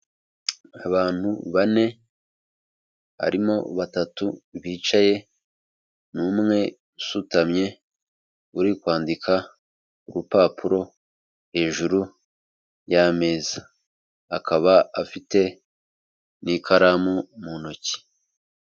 Abantu bane harimo batatu bicaye n'umwe usutamye uri kwandika urupapuro hejuru y'ameza, akaba afite n'ikaramu mu ntoki.